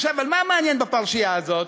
עכשיו, מה מעניין בפרשייה הזאת?